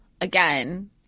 again